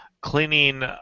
cleaning